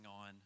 on